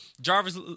Jarvis